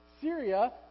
Syria